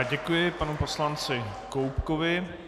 Děkuji panu poslanci Koubkovi.